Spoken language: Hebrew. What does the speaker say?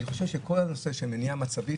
אני חושב שכל הנושא של מניעה מצבית